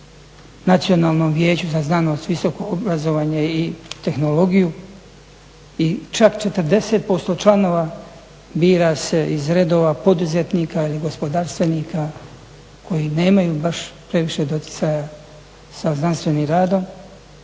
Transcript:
Nacionalnom vijeću za znanost, visoko obrazovanje i tehnologiju. I čak 40% članova bira se iz redova poduzetnika ili gospodarstvenika koji nemaju baš previše doticaja sa znanstvenim radom